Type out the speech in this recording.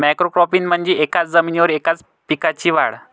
monocropping म्हणजे एकाच जमिनीवर एकाच पिकाची वाढ